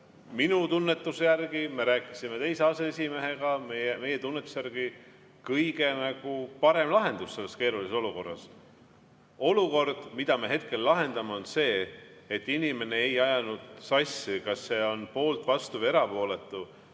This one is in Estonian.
minu tunnetuse järgi, me rääkisime teise aseesimehega, meie tunnetuse järgi kõige parem lahendus selles keerulises olukorras. Olukord, mida me hetkel lahendame, on see, et inimene ei ajanud sassi, kas ta on poolt, vastu või erapooletu,